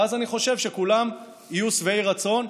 ואז אני חושב שכולם יהיו שבעי רצון.